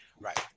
Right